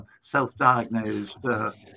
self-diagnosed